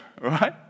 Right